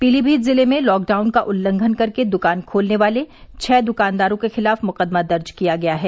पीलीमीत जिले में लॉकडाउन का उल्लंघन करके द्वान खोलने वाले छह दकानदारों के खिलाफ मुकदमा दर्ज किया गया है